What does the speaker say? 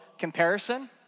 Comparison